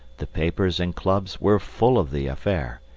the papers and clubs were full of the affair,